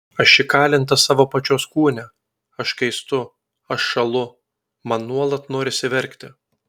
aš įkalinta savo pačios kūne aš kaistu aš šąlu man nuolat norisi verkti